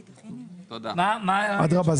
אדרבא,